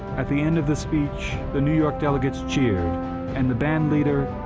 at the end of the speech, the new york delegates cheered and the band leader,